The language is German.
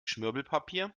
schmirgelpapier